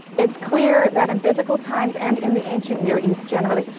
it's clear that in biblical times and in the ancient near east generally,